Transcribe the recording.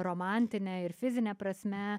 romantine ir fizine prasme